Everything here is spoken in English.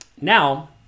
now